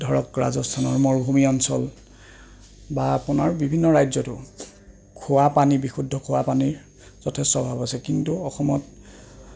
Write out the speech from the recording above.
ধৰক ৰাজস্থানৰ মৰুভূমি অঞ্চল বা আপোনাৰ বিভিন্ন ৰাজ্যতো খোৱা পানী বিশুদ্ধ খোৱা পানীৰ যথেষ্ট অভাৱ আছে কিন্তু অসমত